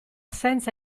senza